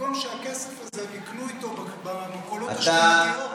ובמקום שבכסף הזה יקנו במכולות השכונתיות,